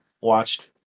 watched